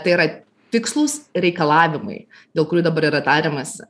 tai yra tikslūs reikalavimai dėl kurių dabar yra tariamasi